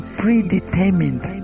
predetermined